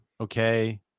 okay